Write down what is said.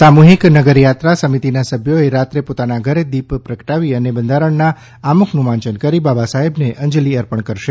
સામૂહીક નગરયાત્રા સમિતિના સભ્યોએ રાત્રે પોતાના ઘરે દિપ પ્રગટાવી અને બંધારણના આમુખનું વાંચન કરી બાબાસાહેબને અંજલિ અર્પણ કરશે